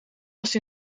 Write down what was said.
was